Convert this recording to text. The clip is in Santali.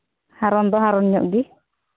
ᱦᱟᱨᱚᱱ ᱫᱚ ᱦᱟᱨᱚᱱ ᱧᱚᱜ ᱜᱮ